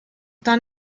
dann